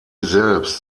selbst